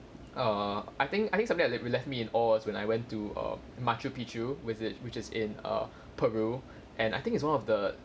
err I think I think something which left me in awe is when I went to err machu picchu which is which is in err peru and I think it's one of the